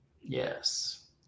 Yes